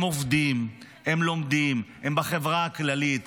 הם עובדים, הם לומדים, הם בחברה הכללית,